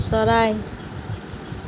চৰাই